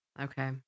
Okay